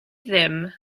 ddim